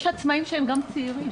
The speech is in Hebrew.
יש עצמאים שהם גם צעירים.